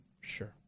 Sure